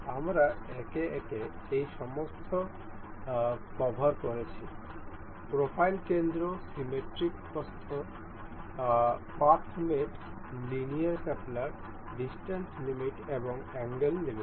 আমরা একে একে এই সমস্ত কভার করেছি প্রোফাইল কেন্দ্র সিমিট্রিক প্রস্থ path mate linear coupler distance limit এবং অ্যাঙ্গেল লিমিট